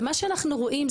ומה שאנחנו רואים,